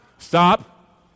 stop